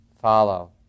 follow